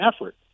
effort